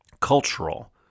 cultural